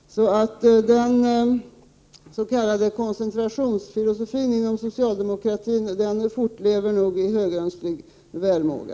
Så den s.k. koncentrationsfilosofin inom socialdemokratin fortlever nog i högönsklig välmåga.